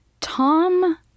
tom